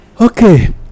Okay